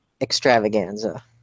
extravaganza